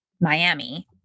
Miami